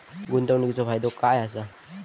गुंतवणीचो फायदो काय असा?